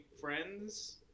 friends